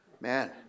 Man